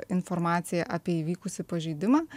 informaciją apie įvykusį pažeidimą